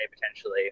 potentially